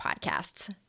podcasts